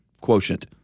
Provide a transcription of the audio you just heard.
quotient